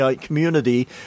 community